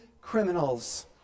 criminals